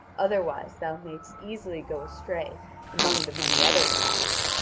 otherwise thou mayst easily go astray among the many other paths.